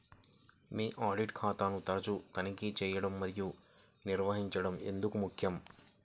మీ audit ఖాతాను తరచుగా తనిఖీ చేయడం మరియు నిర్వహించడం ఎందుకు ముఖ్యం?